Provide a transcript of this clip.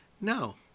No